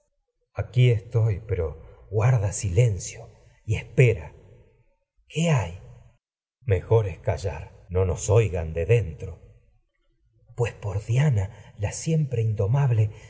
aquí estoy pero guarda silencio y es pera electra qué hay orestes mejor electra es callar no nos oigan de dentro pues por diana la siempre indomable